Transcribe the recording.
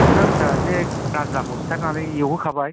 दावसा फिसा एसे गाज्लाखौ सिथारनानै एवहोखाबाय